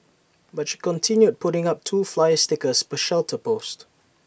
but she continued putting up two flyer stickers per shelter post